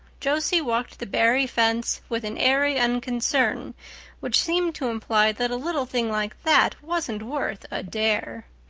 josie walked the barry fence with an airy unconcern which seemed to imply that a little thing like that wasn't worth a dare.